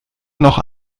noch